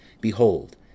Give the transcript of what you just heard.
Behold